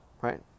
right